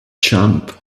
jump